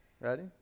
Ready